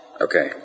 Okay